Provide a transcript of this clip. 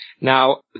now